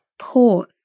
pause